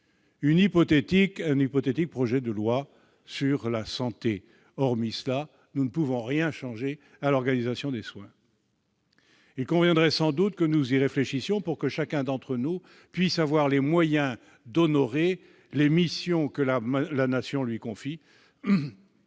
un hypothétique projet de loi sur la santé. Hormis cela, nous ne pouvons rien changer à l'organisation des soins ! Il conviendrait sans doute que nous y réfléchissions pour que chacun d'entre nous puisse avoir les moyens d'honorer les missions que la Nation lui confie